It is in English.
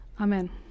Amen